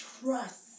trust